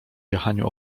jechaniu